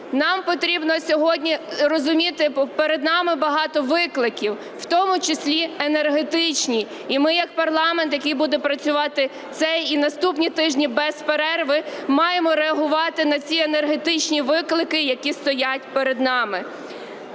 Нам потрібно сьогодні розуміти, перед нами багато викликів, в тому числі енергетичні. І ми як парламент, який буде працювати цей і наступні тижні без перерви, маємо реагувати на ці енергетичні виклики, які стоять перед нами.